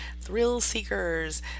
Thrill-seekers